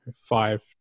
five